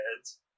heads